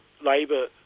labour